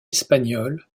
espagnole